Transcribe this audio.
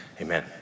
Amen